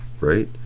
Right